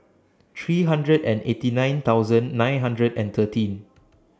three hundred and eighty nine thousand nine hundred and thirteen